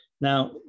Now